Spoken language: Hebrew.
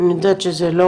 לא היה אצלנו את זה,